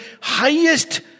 highest